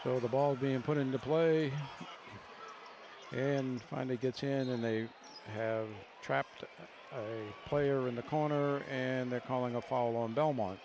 so the ball being put into play and finally gets in and they have trapped a player in the corner and they're calling a fall on belmont